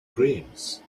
dreams